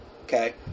Okay